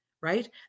right